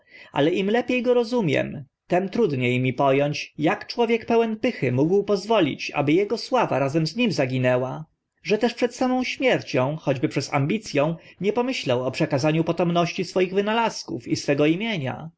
ale im lepie go rozumiem tym trudnie mi po ąć ak człowiek pełen pychy mógł pozwolić aby ego sława razem z nim zaginęła że też przed samą śmiercią choćby przez ambic ę nie pomyślał o przekazaniu potomności swoich wynalazków i swego imienia